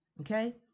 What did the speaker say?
okay